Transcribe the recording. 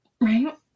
Right